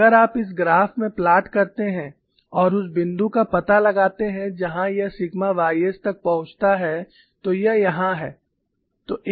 और अगर आप इस ग्राफ में प्लाट करते हैं और उस बिंदु का पता लगाते हैं जहां यह सिग्मा ys तक पहुंचता है तो यह यहां है